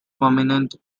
prominent